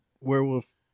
werewolf